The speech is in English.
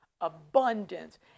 abundance